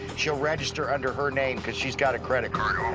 she'll register under her name because she's got a credit card, over.